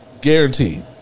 guaranteed